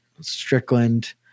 Strickland